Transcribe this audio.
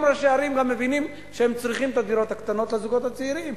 ראשי ערים גם מבינים שהם צריכים את הדירות הקטנות לזוגות הצעירים.